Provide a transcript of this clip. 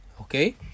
Okay